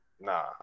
nah